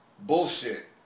bullshit